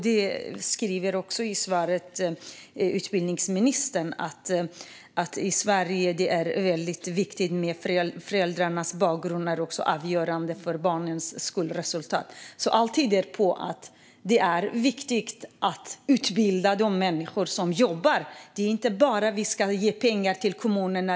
Det säger också utbildningsministern i svaret: I Sverige betyder föräldrarnas bakgrund väldigt mycket, för den är avgörande för barnens skolresultat. Allt tyder alltså på att det är viktigt att utbilda de människor som jobbar i skolan. Det handlar inte bara om att ge pengar till kommunerna.